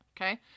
Okay